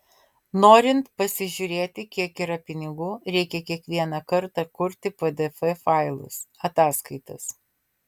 norint pasižiūrėti kiek yra pinigų reikia kiekvieną kartą kurti pdf failus ataskaitas